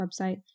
website